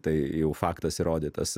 tai jau faktas įrodytas